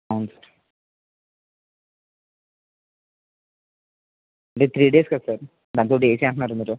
అవును sir three days కదా sir దాంతోటి ఏసీ అంటున్నారు మీరు